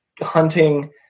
hunting